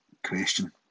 question